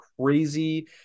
crazy